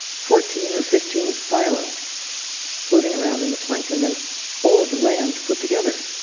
fourteen or fifteen fila floating around in the plankton than all of the land put together.